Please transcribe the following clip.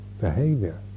behavior